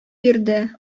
бирде